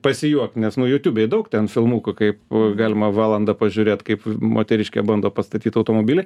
pasijuokt nes nu jutiūbėj daug ten filmukų kaip galima valandą pažiūrėt kaip moteriškė bando pastatyt automobilį